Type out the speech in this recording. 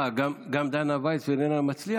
מה, גם דנה ויס ורינה מצליח?